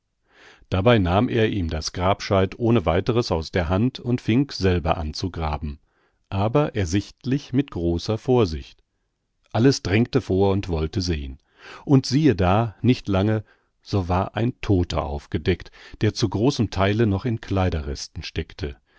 dabei nahm er ihm das grabscheit ohne weiteres aus der hand und fing selber an zu graben aber ersichtlich mit großer vorsicht alles drängte vor und wollte sehn und siehe da nicht lange so war ein todter aufgedeckt der zu großem theile noch in kleiderresten steckte